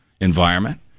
environment